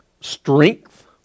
strength